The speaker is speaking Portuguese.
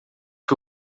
que